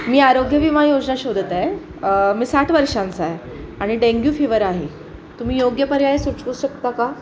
मी आरोग्य विमा योजना शोधत आहे मी साठ वर्षांचा आहे आणि डेंग्यू फीवर आहे तुम्ही योग्य पर्याय सुचवू शकता का